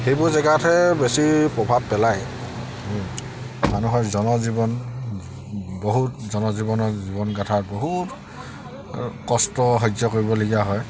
সেইবোৰ জেগাতহে বেছি প্ৰভাৱ পেলায় মানুহৰ জনজীৱন বহুত জনজীৱনৰ জীৱন গাথাৰ বহুত কষ্ট সহ্য কৰিবলগীয়া হয়